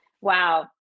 Wow